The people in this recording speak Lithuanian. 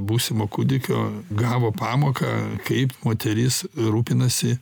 būsimo kūdikio gavo pamoką kaip moteris rūpinasi